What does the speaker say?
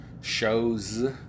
shows